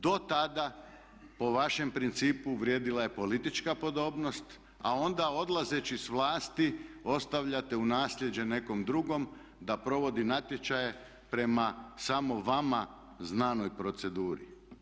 Do tada po vašem principu vrijedila je politička podobnost a onda odlazeći sa vlasti ostavljate u nasljeđe nekom drugom da provodi natječaje prema samo vama znanoj proceduri.